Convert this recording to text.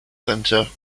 centre